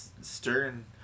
Stern